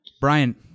Brian